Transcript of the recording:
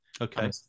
okay